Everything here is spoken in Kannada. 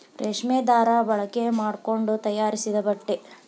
ರೇಶ್ಮಿ ದಾರಾ ಬಳಕೆ ಮಾಡಕೊಂಡ ತಯಾರಿಸಿದ ಬಟ್ಟೆ